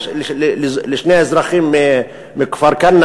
שילמה לשני אזרחים מכפר-כנא,